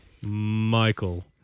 Michael